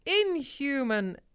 inhuman